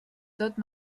tot